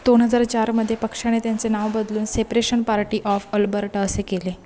दोन हजार चारमध्ये पक्षाने त्यांचे नाव बदलून सेपरेशन पार्टी ऑफ अल्बर्टा असे केले